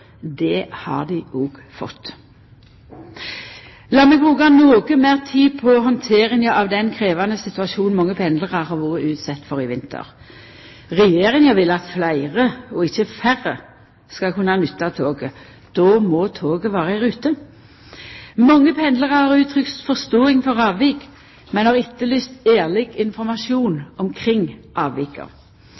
Det har dei òg fått. Lat meg bruka noko meir tid på handteringa av den krevjande situasjonen mange pendlarar har vore utsette for i vinter. Regjeringa vil at fleire – og ikkje færre – skal kunna nytta toget. Då må toget vera i rute. Mange pendlarar har uttrykt forståing for avvik, men har etterlyst ærleg informasjon omkring avvika.